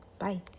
Bye